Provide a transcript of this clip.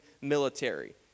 military